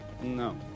No